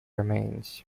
remains